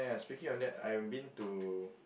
speaking of that I've been to